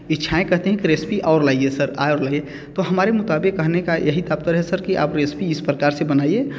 इच्छाएँ कहती हैं कि रेसिपी और लाइए सर और लाइए तो हमारे मुताबिक़ कहने का यही तात्पर्य है सर आप रेसिपी इस प्रकार से बनाइए